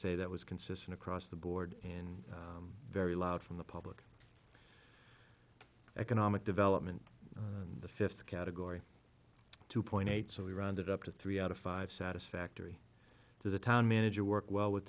say that was consistent across the board and very loud from the public economic development the fifth category two point eight so we rounded up to three out of five satisfactory to the town manager work well with